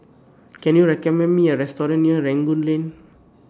Can YOU recommend Me A Restaurant near Rangoon Lane